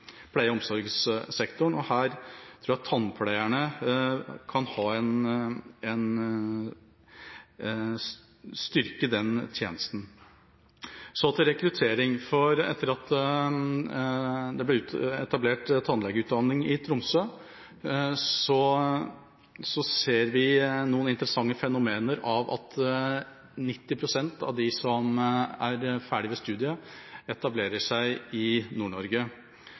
pleie- og omsorgssektoren, og her tror jeg at tannpleierne kan styrke den tjenesten. Så til rekruttering: Etter at det ble etablert tannlegeutdanning i Tromsø, ser vi det interessante fenomenet at 90 pst. av dem som er ferdige med studiet, etablerer seg i